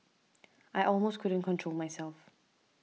I almost couldn't control myself